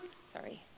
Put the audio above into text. Sorry